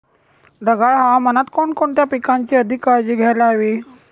ढगाळ हवामानात कोणकोणत्या पिकांची अधिक काळजी घ्यायला हवी?